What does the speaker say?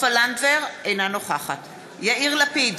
אינה נוכחת יאיר לפיד,